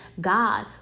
god